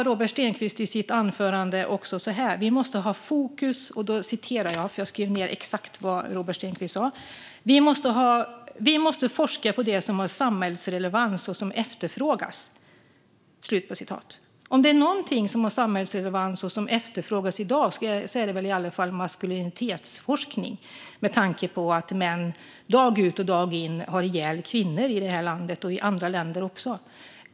Robert Stenkvist sa i sitt anförande att vi måste forska på det som har samhällsrelevans och som efterfrågas. Om det är något som har samhällsrelevans och som efterfrågas i dag är det maskulinitetsforskning med tanke på att män dag ut och dag in har ihjäl kvinnor i detta land och andra länder.